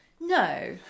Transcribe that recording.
no